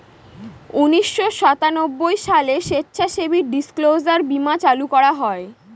উনিশশো সাতানব্বই সালে স্বেচ্ছাসেবী ডিসক্লোজার বীমা চালু করা হয়